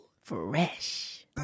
Fresh